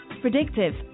Predictive